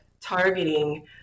targeting